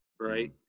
right